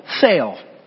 fail